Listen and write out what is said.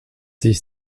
sich